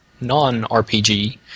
non-RPG